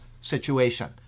situation